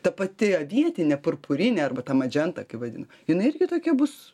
ta pati avietinė purpurinė arba ta madženta vadina jinai irgi tokia bus